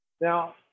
Now